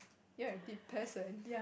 you're a deep person